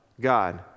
God